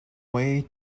way